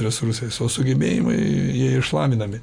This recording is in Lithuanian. resursais o sugebėjimai jie išlavinami